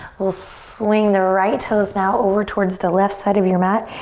we'll swing the right toes now over toward the left side of your mat.